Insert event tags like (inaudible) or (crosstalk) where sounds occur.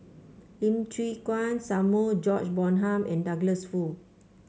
Lim Chwee (unintelligible) Samuel George Bonham and Douglas Foo